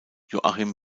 joachim